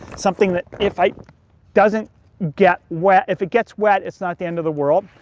something that if it doesn't get wet, if it gets wet, it's not the end of the world.